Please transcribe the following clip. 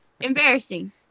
Embarrassing